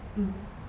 mm